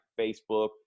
Facebook